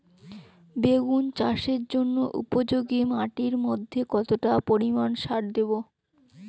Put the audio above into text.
বেগুন চাষের জন্য উপযোগী মাটির মধ্যে কতটা পরিমান সার দেব?